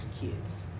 kids